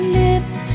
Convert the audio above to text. lips